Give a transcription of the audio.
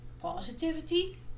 positivity